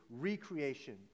recreation